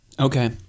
Okay